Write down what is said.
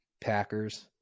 Packers